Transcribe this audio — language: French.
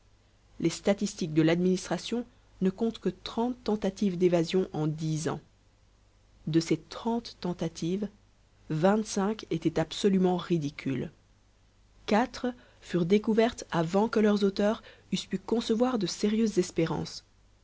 les statistiques de l'administration ne comptent que trente tentatives d'évasion en dix ans de ces trente tentatives vingt-cinq étaient absolument ridicules quatre furent découvertes avant que leurs auteurs eussent pu concevoir de sérieuses espérances